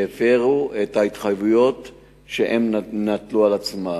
שהפירו את ההתחייבויות שהם נטלו על עצמם.